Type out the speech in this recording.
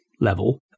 level